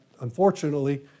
unfortunately